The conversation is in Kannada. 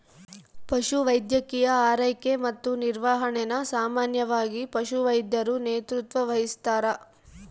ಪಶುವೈದ್ಯಕೀಯ ಆರೈಕೆ ಮತ್ತು ನಿರ್ವಹಣೆನ ಸಾಮಾನ್ಯವಾಗಿ ಪಶುವೈದ್ಯರು ನೇತೃತ್ವ ವಹಿಸ್ತಾರ